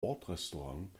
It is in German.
bordrestaurant